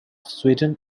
sweden